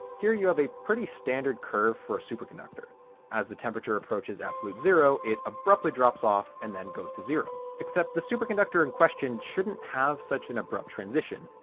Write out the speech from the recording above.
here you have a pretty standard curve for a superconductor as the temperature approaches absolute zero it abruptly drops off and then goes to zero. except the superconductor in question shouldn't have such an abrupt transition.